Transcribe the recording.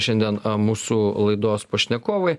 šiandien mūsų laidos pašnekovai